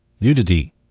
nudity